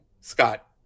scott